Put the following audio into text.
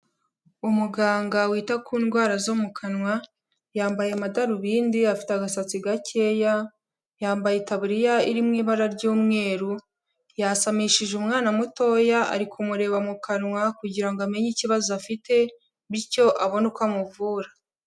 Umuganga wita ku ndwara zo mu kanwa, yambaye amadarubindi, afite agasatsi gakeya, yambaye itaburiya iri mu ibara ry'umweru, yasamishije umwana mutoya, ari kumureba mu kanwa kugira ngo amenye ikibazo afite, bityo abone uko amuvura.